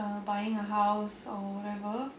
uh buying a house or whatever